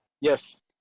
Yes